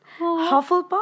Hufflepuff